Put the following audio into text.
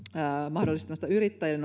mahdollistamisesta yrittäjille